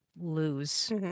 lose